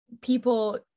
people